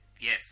Yes